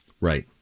Right